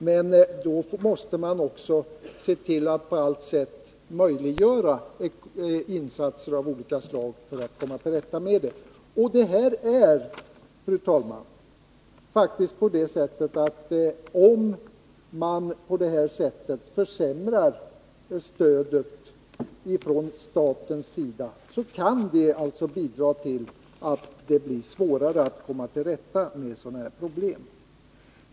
Men då måste vi också se till att vi på allt sätt möjliggör insatser av olika slag för att komma till rätta med saken. Och det är, fru talman, faktiskt så att en försämring av stödet från statens sida kan bidra till att det blir svårt att komma till rätta med sådana här problem.